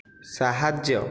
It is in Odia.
ସାହାଯ୍ୟ